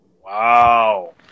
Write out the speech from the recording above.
Wow